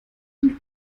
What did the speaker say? den